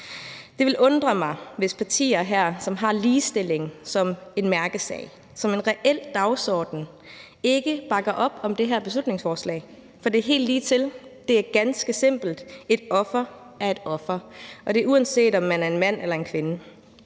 Det vil undre mig, hvis partier her, som har ligestilling som en mærkesag, som en reel dagsorden, ikke bakker op om det her beslutningsforslag, for det er helt ligetil. Det er ganske simpelt: Et offer er et offer, og det er, uanset om man er en mand eller en kvinde.